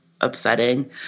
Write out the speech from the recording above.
upsetting